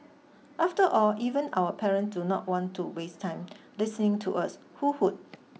after all even our parents do not want to waste time listening to us who would